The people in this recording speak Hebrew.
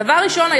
דבר ראשון,